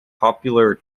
popular